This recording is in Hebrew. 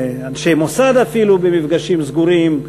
אנשי מוסד אפילו במפגשים סגורים,